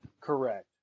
Correct